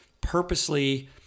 purposely